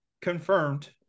confirmed